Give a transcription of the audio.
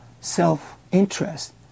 self-interest